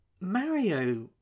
Mario